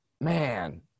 man –